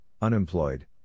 unemployed